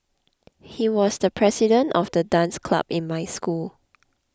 he was the president of the dance club in my school